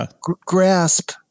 grasp